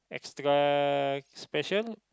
extra special